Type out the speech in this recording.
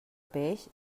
peix